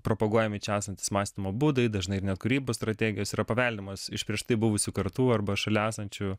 propaguojami čia esantys mąstymo būdai dažnai ir net kūrybos strategijos yra paveldimos iš prieš tai buvusių kartų arba šalia esančių